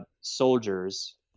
soldiers